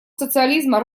социализма